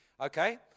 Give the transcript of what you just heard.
Okay